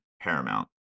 Paramount